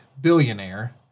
billionaire